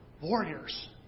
warriors